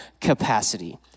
capacity